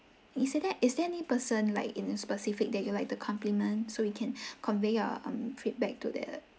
is that is there any person like in a specific that you like to compliment so we can convey a um feedback to the